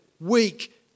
weak